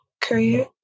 Courier